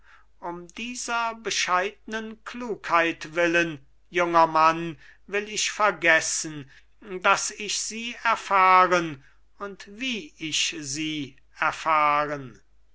um dieser bescheidnen klugheit willen junger mann will ich vergessen daß ich sie erfahren und wie ich sie erfahren